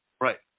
Right